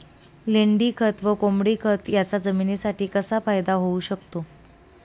लेंडीखत व कोंबडीखत याचा जमिनीसाठी कसा फायदा होऊ शकतो?